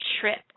trip